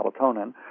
melatonin